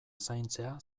zaintzea